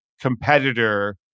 Competitor